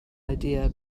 idea